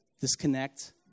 Disconnect